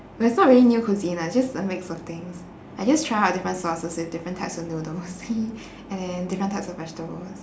but it's not really new cuisine lah it's just a mix of things I just try out different sauces with different types of noodles and then different types of vegetables